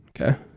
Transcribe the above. Okay